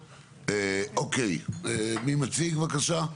אוקיי, מי מציג בבקשה?